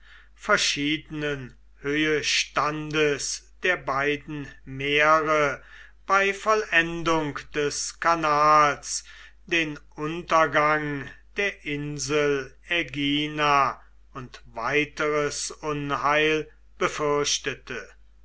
verschiedenen höhestandes der beiden meere bei vollendung des kanals den untergang der insel aegina und weiteres unheil befürchtete